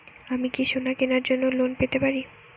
আমি কি সোনা কেনার জন্য লোন পেতে পারি?